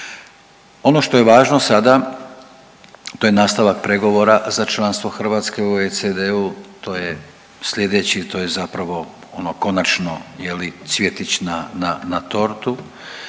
Ono što je važno sada to je nastavak pregovora za članstvo Hrvatske u OECD-u, to je slijedeći, to je zapravo ono konačno je li cvjetić